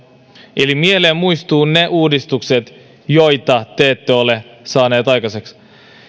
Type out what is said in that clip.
eli mieleen muistuvat ne uudistukset joita te ette ole saaneet aikaiseksi